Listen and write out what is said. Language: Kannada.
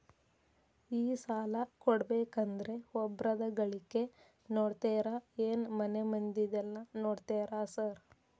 ಈ ಸಾಲ ಕೊಡ್ಬೇಕಂದ್ರೆ ಒಬ್ರದ ಗಳಿಕೆ ನೋಡ್ತೇರಾ ಏನ್ ಮನೆ ಮಂದಿದೆಲ್ಲ ನೋಡ್ತೇರಾ ಸಾರ್?